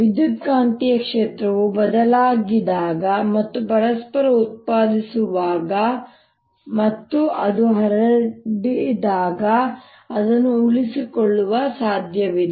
ವಿದ್ಯುತ್ಕಾಂತೀಯ ಕ್ಷೇತ್ರವು ಬದಲಾಗಿದಾಗ ಮತ್ತು ಪರಸ್ಪರ ಉತ್ಪಾದಿಸುತ್ತಿರುವಾಗ ಮತ್ತು ಅದು ಹರಡಿದಾಗ ಅದನ್ನು ಉಳಿಸಿಕೊಳ್ಳಲು ಸಾಧ್ಯವಿದೆ